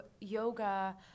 yoga